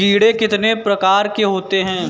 कीड़े कितने प्रकार के होते हैं?